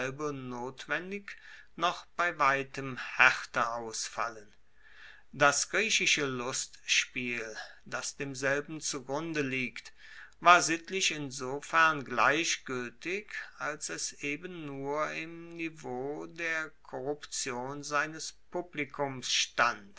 notwendig noch bei weitem haerter ausfallen das griechische lustspiel das demselben zu grunde liegt war sittlich insofern gleichgueltig als es eben nur im niveau der korruption seines publikums stand